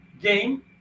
game